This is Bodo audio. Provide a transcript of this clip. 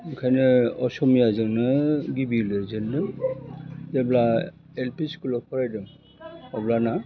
ओंखायनो असमियाजोंनो गिबि लिरजेन्दों जेब्ला एल पि स्कुलाव फरायदों अब्लाना